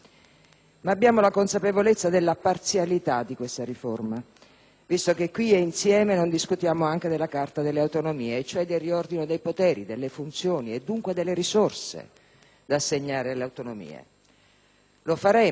visto che qui e insieme non discutiamo anche della Carta delle autonomie, cioè del riordino dei poteri, delle funzioni e dunque delle risorse da assegnare alle autonomie. Lo faremo presto, ha assicurato ieri il ministro Calderoli. Noi attendiamo,